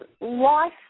life